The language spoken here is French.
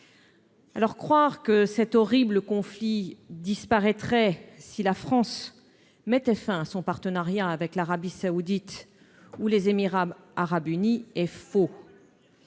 Alors croire que cet horrible conflit disparaîtrait si la France mettait fin à son partenariat avec l'Arabie Saoudite ou les Émirats arabes unis et faux,